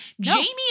jamie